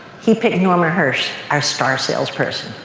he picked norman hersh, our star salesperson.